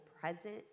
present